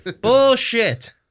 Bullshit